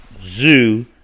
Zoo